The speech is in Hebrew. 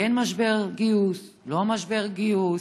בכן משבר גיוס, לא משבר גיוס,